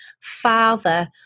father